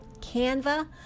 Canva